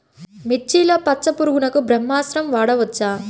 మిర్చిలో పచ్చ పురుగునకు బ్రహ్మాస్త్రం వాడవచ్చా?